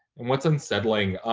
and what's unsettling.